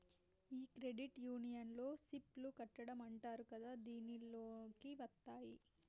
ఈ క్రెడిట్ యూనియన్లో సిప్ లు కట్టడం అంటారు కదా దీనిలోకి వత్తాయి